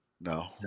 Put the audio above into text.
no